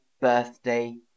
birthday